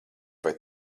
vai